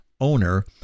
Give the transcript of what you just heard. owner